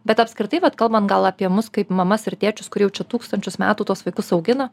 bet apskritai vat kalbant gal apie mus kaip mamas ir tėčius kur jau čia tūkstančius metų tuos vaikus augina